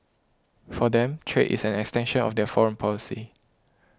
for them trade is an extension of their foreign policy